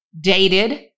dated